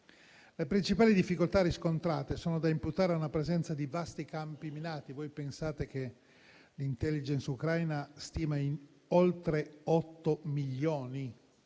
Le principali difficoltà riscontrate sono da imputare a una presenza di vasti campi minati - pensate che l'*intelligence* ucraina stima in oltre otto milioni